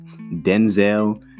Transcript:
Denzel